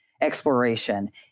exploration